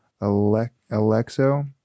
alexo